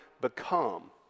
become